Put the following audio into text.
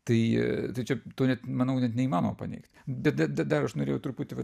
tai tai čia to net manau net neįmanoma paneigt bet da da dar aš norėjau truputį